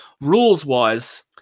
rules-wise